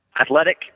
athletic